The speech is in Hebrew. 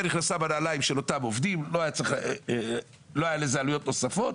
נכנסה בנעלי אותם עובדים ולא היו עלויות נוספות